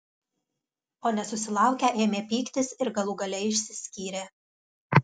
o nesusilaukę ėmė pyktis ir galų gale išsiskyrė